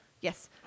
yes